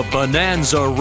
Bonanza